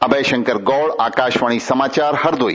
अभय शंकर गौड़ आकाशवाणी समाचार हरदोई